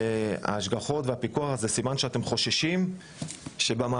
ההשגחות והפיקוח זה סימן שאתם חוששים מהמעבדות?